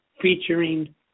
featuring